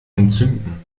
entzünden